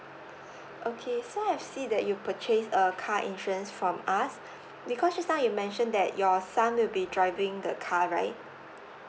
okay so I see that you purchase a car insurance from us because just now you mentioned that your son will be driving the car right